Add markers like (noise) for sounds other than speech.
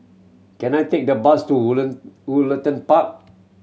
can I take the bus to (unintelligible) Woollerton Park